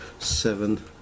Seven